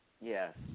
Yes